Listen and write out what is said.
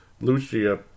Lucia